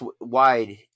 wide